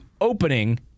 opening